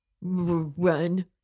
run